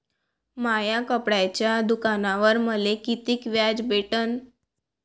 माया कपड्याच्या दुकानावर मले कितीक व्याज भेटन?